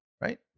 right